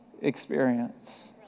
experience